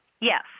Yes